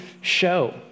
show